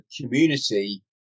community